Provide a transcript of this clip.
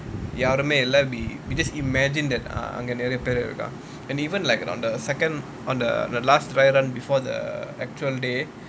யாருமே இல்ல:yaarumae illa we we just imagine that err அங்க நிறையா பேரு இருக்காங்க:anga niraiyaa peru irukaanga and even like on the second on the last dry run before the actual day